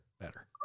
better